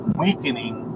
weakening